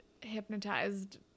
hypnotized